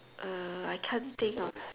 uh I can't think of